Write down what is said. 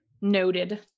noted